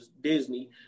Disney